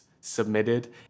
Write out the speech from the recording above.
submitted